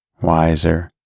wiser